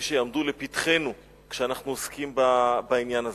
שיעמדו לפתחנו כשאנחנו עוסקים בעניין הזה.